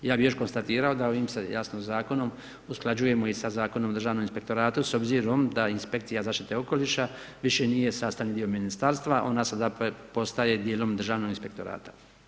Ja bi još konstatirao da ovim se jasno zakonom, usklađujemo sa Zakonom o državnim inspektoratu, s obzirom da inspekcija zaštita okoliša više nije sastavni dio ministarstva, ona sada zapravo postaje dijelom državnog inspektorata.